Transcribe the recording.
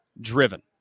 driven